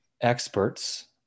experts